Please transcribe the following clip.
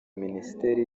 minisiteri